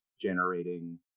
generating